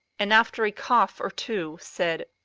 and after a cough or two said